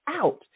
out